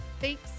Thanks